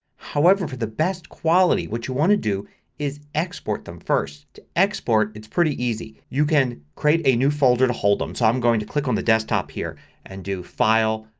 however for the best quality what you want to do is export them first. to export is pretty easy. you can create a new folder to hold them. so i'm going to click on the desktop here and do file,